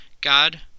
God